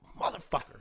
motherfucker